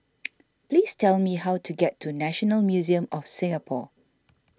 please tell me how to get to National Museum of Singapore